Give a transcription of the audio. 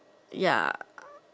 ya